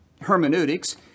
hermeneutics